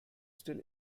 still